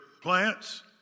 plants